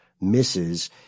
misses